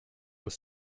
aux